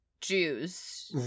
Jews